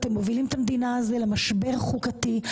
אתם מובילים את המדינה הזאת למשבר חוקתי,